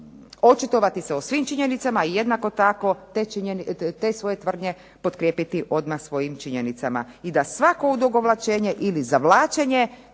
očitovati se o svim činjenicama i jednako tako te svoje tvrdnje potkrijepiti odmah svojim činjenicama i da svako odugovlačenje ili zavlačenje